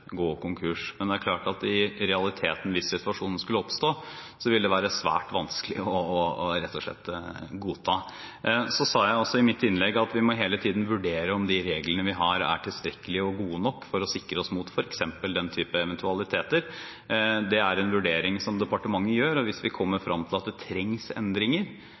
realiteten, hvis situasjonen skulle oppstå, vil det være svært vanskelig rett og slett å godta. Så sa jeg også i mitt innlegg at vi hele tiden må vurdere om de reglene vi har, er tilstrekkelige og gode nok for å sikre oss mot f.eks. den type eventualiteter. Det er en vurdering som departementet gjør, og hvis vi kommer frem til at det trengs endringer,